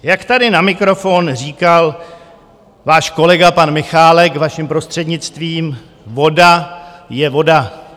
Jak tady na mikrofon říkal váš kolega pan Michálek, vaším prostřednictvím, voda je voda.